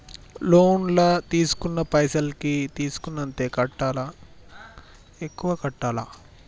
Loan లా తీస్కున్న పైసల్ కి తీస్కున్నంతనే కట్టాలా? ఎక్కువ కట్టాలా?